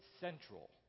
central